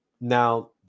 Now